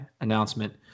announcement